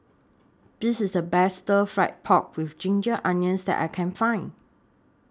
This IS The Best Stir Fried Pork with Ginger Onions that I Can Find